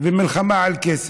ומלחמה על כסף.